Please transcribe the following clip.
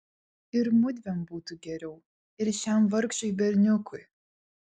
ir mudviem būtų geriau ir šiam vargšui berniukui